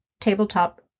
tabletop